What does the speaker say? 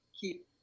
keep